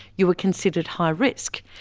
you were considered high risk.